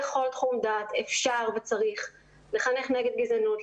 בכל תחום דעת אפשר וצריך לחנך נגד גזענות,